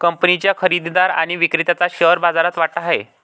कंपनीच्या खरेदीदार आणि विक्रेत्याचा शेअर बाजारात वाटा आहे